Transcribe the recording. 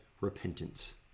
repentance